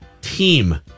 Team